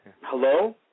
Hello